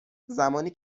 زمانی